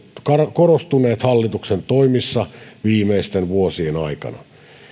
korostuneet hallituksen toimissa viimeisten vuosien aikana